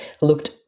looked